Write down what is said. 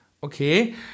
Okay